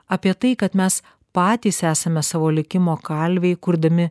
apie tai kad mes patys esame savo likimo kalviai kurdami